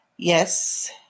Yes